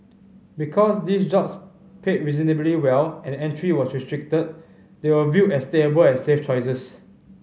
because these jobs paid reasonably well and entry was restricted they were viewed as stable and safe choices